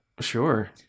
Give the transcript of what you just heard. Sure